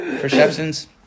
Perceptions